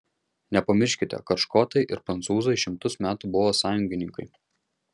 nepamirškite kad škotai ir prancūzai šimtus metų buvo sąjungininkai